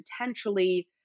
potentially